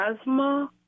asthma